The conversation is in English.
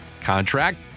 contract